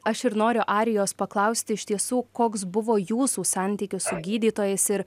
aš ir noriu arijos paklausti iš tiesų koks buvo jūsų santykis su gydytojais ir